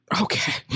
Okay